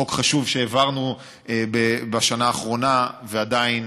חוק חשוב שהעברנו בשנה האחרונה ועדיין